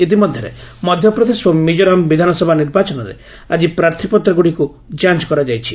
ଇତିମଧ୍ୟରେ ମଧ୍ୟପ୍ରଦେଶ ଓ ମିକୋରାମ ବିଧାନସଭା ନିର୍ବାଚନରେ ଆଜି ପ୍ରାର୍ଥୀପତ୍ରଗୁଡ଼ିକୁ ଯାଞ୍ଚ କରାଯାଇଛି